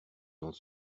dans